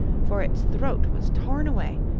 for its throat was torn away,